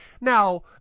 Now